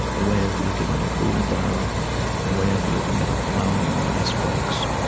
a way of looking at a wheelbarrow, a way of looking at a plum in an icebox,